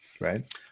Right